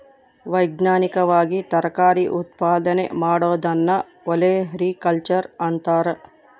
ವೈಜ್ಞಾನಿಕವಾಗಿ ತರಕಾರಿ ಉತ್ಪಾದನೆ ಮಾಡೋದನ್ನ ಒಲೆರಿಕಲ್ಚರ್ ಅಂತಾರ